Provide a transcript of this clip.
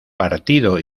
partido